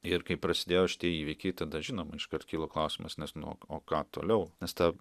ir kai prasidėjo šitie įvykiai tada žinoma iškart kilo klausimas nes nu o ką toliau nes ta